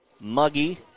muggy